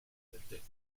entdeckt